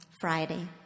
Friday